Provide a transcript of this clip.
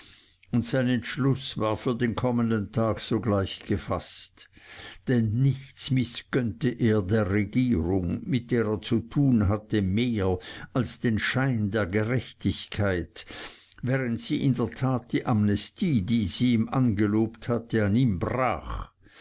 und sein entschluß war für den kommenden tag sogleich gefaßt denn nichts mißgönnte er der regierung mit der er zu tun hatte mehr als den schein der gerechtigkeit während sie in der tat die amnestie die sie ihm angelobt hatte an ihm brach